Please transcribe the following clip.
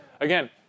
Again